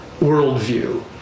worldview